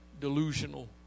delusional